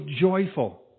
joyful